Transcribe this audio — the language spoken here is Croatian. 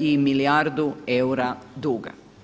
i milijardu eura duga.